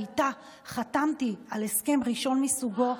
ואיתה חתמתי על הסכם ראשון מסוגו,